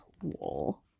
Cool